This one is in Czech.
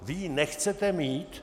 Vy ji nechcete mít?